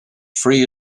free